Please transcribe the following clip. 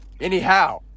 Anyhow